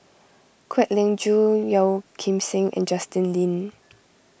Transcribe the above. Kwek Leng Joo Yeo Kim Seng and Justin Lean